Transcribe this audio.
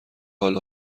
حال